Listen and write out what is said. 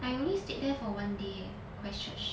I only stayed there for one day christ church